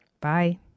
bye